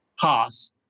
pass